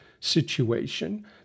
situation